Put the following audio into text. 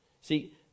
See